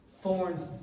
Thorns